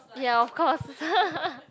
ya of course